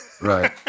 Right